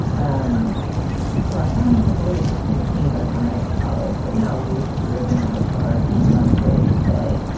um so i found myself a little betwixt and between by the time i got to college. but now he was just sort of an avatar of being unafraid to say.